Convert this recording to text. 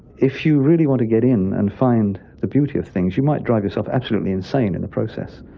if you really want to get in and find the beauty of things, you might drive yourself absolutely insane in the process.